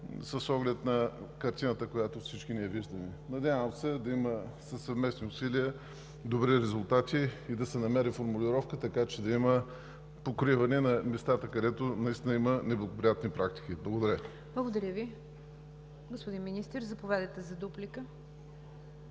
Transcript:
с оглед на картината, която всички ние виждаме. Надявам се със съвместни усилия да има добри резултати и да се намери формулировка, така че да има покриване на местата, където наистина има неблагоприятни практики. Благодаря Ви. ПРЕДСЕДАТЕЛ НИГЯР ДЖАФЕР: Благодаря Ви. Господин Министър, заповядайте за дуплика.